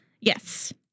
yes